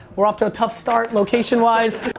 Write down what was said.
we're off to a tough start location wise.